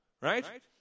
right